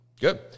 good